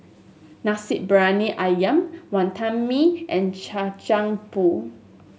Nasi Briyani ayam Wantan Mee and Kacang Pool